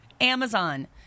Amazon